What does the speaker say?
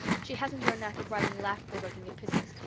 she hasn't your knack of writing laugh-provoking epistles,